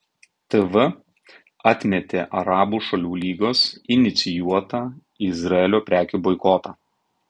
tv atmetė arabų šalių lygos inicijuotą izraelio prekių boikotą